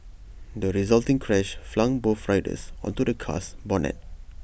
the resulting crash flung both riders onto the car's bonnet